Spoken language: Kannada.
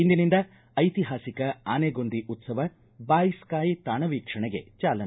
ಇಂದಿನಿಂದ ಐತಿಹಾಸಿಕ ಆನೆಗೊಂದಿ ಉತ್ಸವ ಬಾಯ್ ಸ್ಟೈ ತಾಣ ವೀಕ್ಷಣೆಗೆ ಚಾಲನೆ